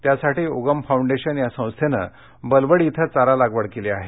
त्यासाठी उगम फाउंडेशन या संस्थेने बलवडी इथं चारा लागवड केली आहे